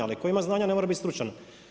Ali koji ima znanja ne mora biti stručan.